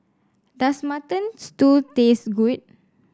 does Mutton Stew taste good